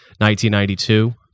1992